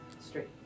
straight